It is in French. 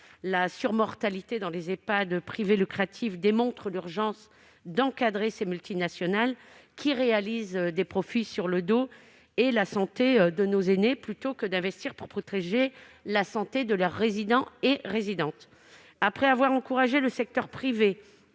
La surmortalité dans ce type d'Ehpad démontre l'urgence d'encadrer les multinationales, qui préfèrent réaliser des profits sur le dos et la santé de nos aînés, plutôt que d'investir pour protéger la santé des résidents et résidentes. Après avoir encouragé le secteur privé